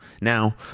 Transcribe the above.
now